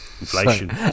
inflation